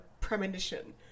premonition